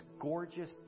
gorgeous